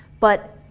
but,